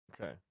Okay